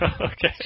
Okay